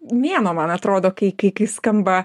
mėnuo man atrodo kai kai kai skamba